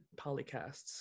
polycasts